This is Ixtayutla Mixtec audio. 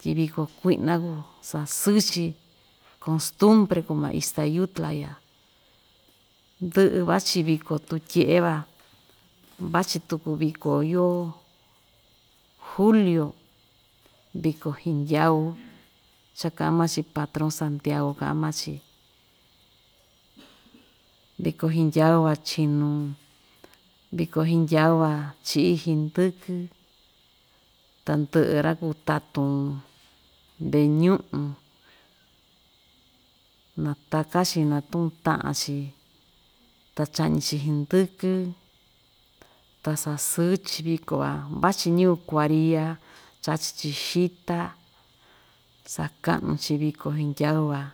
tyi viko kui'na kuu sa'a sɨɨ‑chi kostumbre kuu maa ixtayutla ya, ndɨ'ɨ vachi viko tutye'e van vachi tuku viko yoo julio viko hndyau cha ka'an maa‑chi patron santiago ka'an maa‑chi viko hndyau van chinù viko hndyaun van chi'i hndɨkɨ tandɨ'ɨ ra‑kuu tatun ve'e ñu'un nataka‑chi natu'un ta'an‑chi ta cha'ñi‑chi hndɨkɨ ta sa sɨɨ‑chi viko van vachi ñɨvɨ kuaria chachi‑chi xita, saka'nu‑chi viko hndyau van.